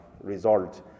result